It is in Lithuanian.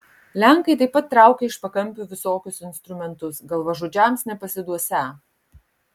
lenkai taip pat traukia iš pakampių visokius instrumentus galvažudžiams nepasiduosią